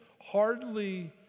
hardly